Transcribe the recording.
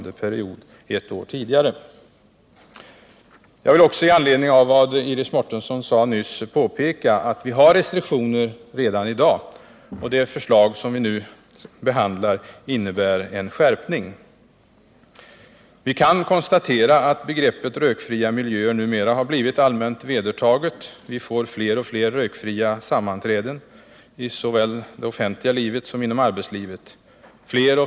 Nyin Jag vill också med anledning av vad Iris Mårtensson sade nyss påpeka, att vi har restriktioner redan i dag och att det förslag som nu behandlas innebär en skärpning. Man kan konstatera att begreppet rökfria miljöer numera har blivit allmänt vedertaget. Vi får fler och fler rökfria sammanträden såväl i det offentliga livet som i arbetslivet.